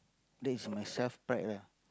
that is my self pride lah